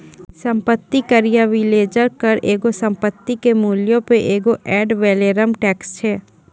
सम्पति कर या मिलेज कर एगो संपत्ति के मूल्यो पे एगो एड वैलोरम टैक्स छै